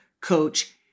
coach